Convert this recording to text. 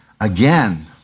again